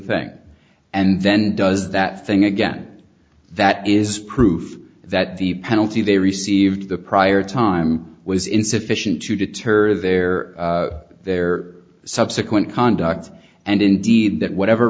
thing and then does that thing again that is proof that the penalty they received the prior time was insufficient to deter their their subsequent conduct and indeed that whatever